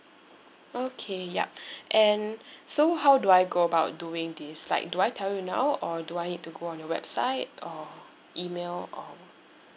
okay yup and so how do I go about doing this like do I tell you now or do I need to go on your website or email or